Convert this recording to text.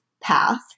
path